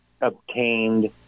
obtained